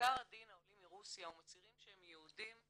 שמעיקר הדין העולים מרוסיה המצהירים שהם יהודים,